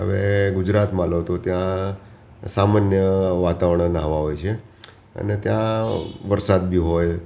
હવે ગુજરાતમાં લો તો ત્યાં સામાન્ય વાતાવરણ આવા હોય છે અને ત્યાં વરસાદ બી હોય